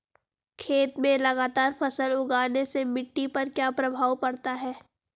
खेत में लगातार फसल उगाने से मिट्टी पर क्या प्रभाव पड़ता है?